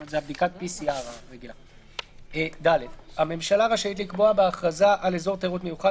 זה הבדיקת PCR. (ד)הממשלה רשאית לקבוע בהכרזה על אזור תיירות מיוחד